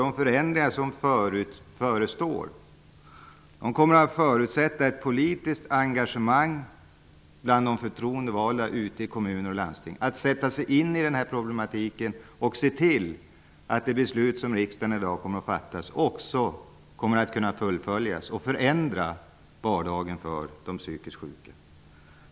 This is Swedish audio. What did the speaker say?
De förändringar som förestår kommer nämligen att förutsätta ett politiskt engagemang bland de förtroendevalda ute i kommuner och landsting när det gäller att sätta sig in i den här problematiken och att se till att det beslut som riksdagen i dag fattar också kommer att kunna fullföljas och förändra vardagen för de psykiskt sjuka.